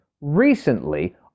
recently